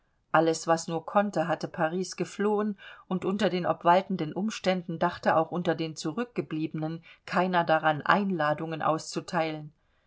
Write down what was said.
alles was nur konnte hatte paris geflohen und unter den obwaltenden umständen dachte auch unter den zurückgebliebenen keiner daran einladungen auszuteilen